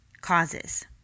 causes